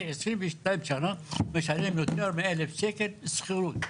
אני 22 שנה משלם יותר מ-1,000 שקל שכירות,